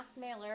mailer